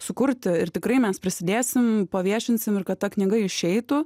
sukurti ir tikrai mes prisidėsim paviešinsim ir kad ta knyga išeitų